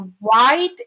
white